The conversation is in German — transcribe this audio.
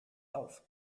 auf